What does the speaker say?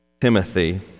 Timothy